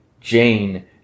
Jane